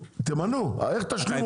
תמנו, איך תשלימו קוורום?